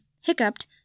hiccuped